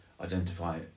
identify